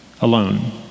alone